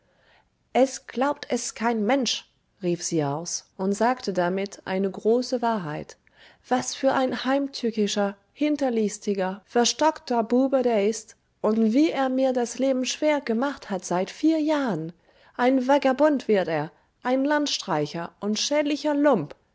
es glaubt es kein mensch rief sie aus und sagte damit eine große wahrheit was für ein heimtückischer hinterlistiger verstockter bube der ist und wie er mir das leben schwer gemacht hat seit vier jahren ein vagabund wird er ein landstreicher und schädlicher lump